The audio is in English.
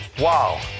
Wow